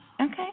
Okay